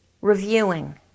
Reviewing